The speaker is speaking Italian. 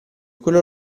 quello